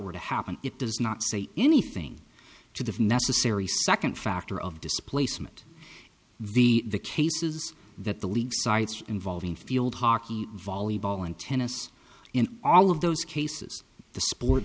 were to happen it does not say anything to the necessary second factor of displacement v the cases that the league cites involving field hockey volleyball and tennis in all of those cases the sport